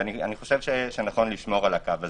אני חושב שנכון לשמור על הקו הזה.